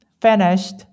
finished